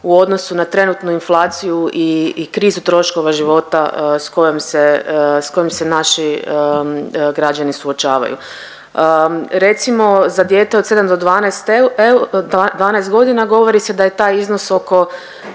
u odnosu na trenutnu inflaciju i krizu troškova života sa kojim se naši građani suočavaju. Recimo za dijete od 7 do 12 godina govori se da je taj iznos oko